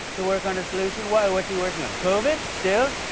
to work on a solution? why? what's he working on? covid, still?